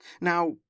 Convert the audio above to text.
Now